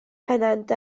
pennant